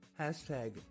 hashtag